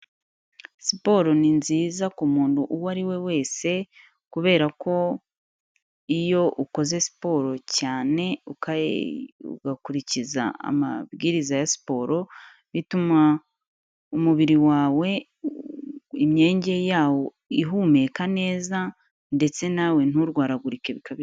Siporo ni nziza ku muntu uwo ari we wese, kubera ko, iyo ukoze siporo cyane ukayi, ugakurikiza amabwiriza ya siporo, bituma umubiri wawe imyenge yawo ihumeka neza, ndetse nawe nturwaragurike bikabije.